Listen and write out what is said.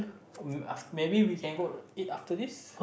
mm maybe we can go eat after this